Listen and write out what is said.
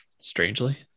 strangely